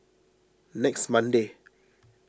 next Monday